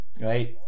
right